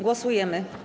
Głosujemy.